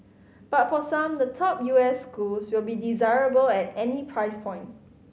but for some the top U S schools will be desirable at any price point